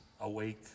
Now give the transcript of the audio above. awake